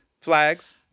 flags